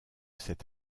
cet